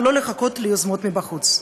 ולא לחכות ליוזמות מבחוץ.